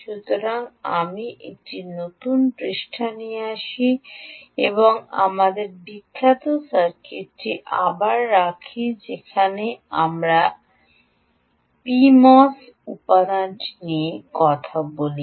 সুতরাং আমি একটি নতুন পৃষ্ঠা নিয়ে আসি এবং আমাদের বিখ্যাত সার্কিটটি আবার রাখি যেখানে আমরা পিএমওস উপাদানটি নিয়ে কথা বলি